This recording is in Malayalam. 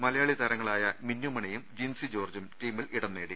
മലയാളി താരങ്ങളായ മിന്നു മണിയും ജിൻസി ജോർജ്ജും ടീമിൽ ഇടം നേടി